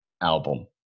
album